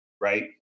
right